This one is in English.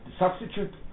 substitute